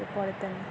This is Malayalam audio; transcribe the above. തന്നെ